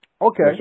Okay